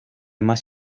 más